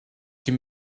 can